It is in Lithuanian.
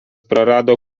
prarado